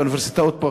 באוניברסיטאות פה.